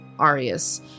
Arius